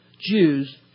Jews